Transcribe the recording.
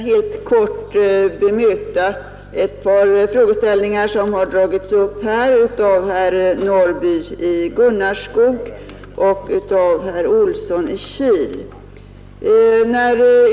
Herr talman! Jag vill bara helt kort bemöta några påståenden som här gjorts av herr Norrby i Gunnarskog och herr Olsson i Kil.